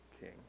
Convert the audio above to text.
king